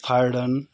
थाइडन